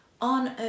on